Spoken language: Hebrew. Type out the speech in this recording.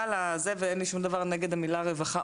אין לי שום דבר נגד המילה "רווחה",